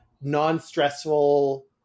non-stressful